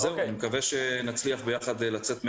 ולכן אתמול יצאו עם